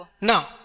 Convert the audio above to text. Now